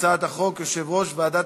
הצעת חוק מיסוי מקרקעין (שבח ורכישה)